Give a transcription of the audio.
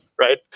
right